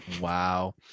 Wow